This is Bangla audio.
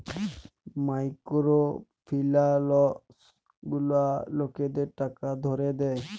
মাইকোরো ফিলালস গুলা লকদের টাকা ধার দেয়